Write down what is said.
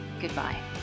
goodbye